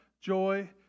joy